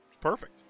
Perfect